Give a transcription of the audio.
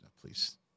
please